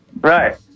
Right